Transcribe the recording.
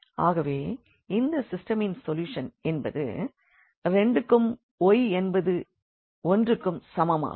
ஆகவே இந்த சிஸ்டமின் சொல்யூஷன் x என்பது 2க்கும் y என்பது 1க்கும் சமம் ஆகும்